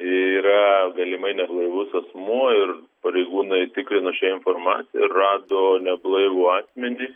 yra galimai neblaivus asmuo ir pareigūnai tikrino šią informaciją ir rado neblaivų asmenį